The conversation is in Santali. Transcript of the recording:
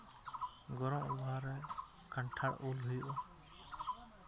ᱜᱚᱨᱚᱢ ᱟᱵᱚᱦᱟᱣᱟ ᱨᱮ ᱠᱟᱱᱴᱷᱟᱲ ᱩᱞ ᱦᱩᱭᱩᱜᱼᱟ